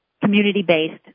community-based